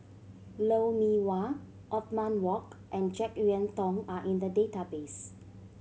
Lou Mee Wah Othman Wok and Jek Yeun Thong are in the database